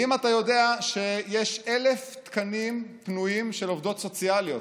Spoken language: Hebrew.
האם אתה יודע שיש 1,000 תקנים פנויים של עובדות סוציאליות?